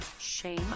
shame